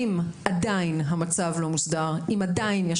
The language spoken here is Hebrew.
אם עדיין המצב לא מוסדר; אם עדיין יש